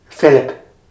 Philip